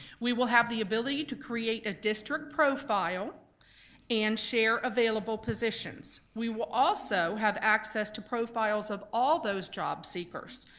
we will have the ability to create a district profile and share available positions. we will also have access to profiles of all those job seekers.